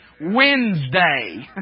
Wednesday